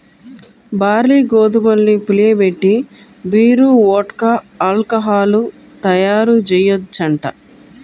barley, గోధుమల్ని పులియబెట్టి beer, vodka, alcohol తయ్యారుజెయ్యొచ్చంట